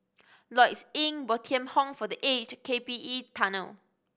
Lloyds Inn Bo Tien Home for The Aged K P E Tunnel